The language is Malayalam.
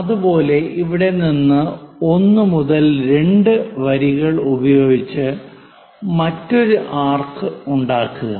അതുപോലെ ഇവിടെ നിന്ന് 1 മുതൽ 2 വരികൾ ഉപയോഗിച്ച് മറ്റൊരു ആർക്ക് ഉണ്ടാക്കുക